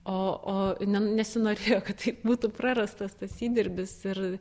o o ne nesinorėjo kad taip būtų prarastas tas įdirbis ir